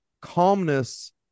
calmness